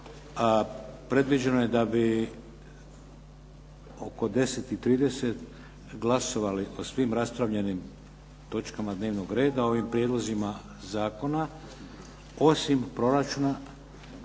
A predviđeno je da bi oko 10,30 glasovali o svim raspravljenim točkama dnevnog reda, ovim prijedlozima zakona, osim proračuna